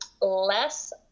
less